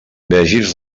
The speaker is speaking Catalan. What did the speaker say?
vegis